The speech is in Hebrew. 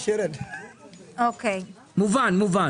מובן.